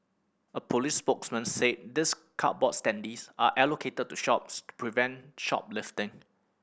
a police spokesman said these cardboard standees are allocated to shops prevent shoplifting